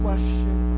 question